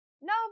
No